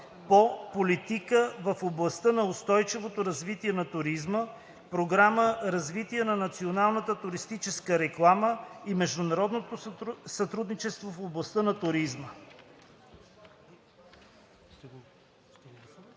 по „Политика в областта на устойчивото развитие на туризма“, програма „Развитие на националната туристическа реклама и международно сътрудничество в областта на туризма“.